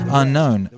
unknown